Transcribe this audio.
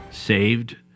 Saved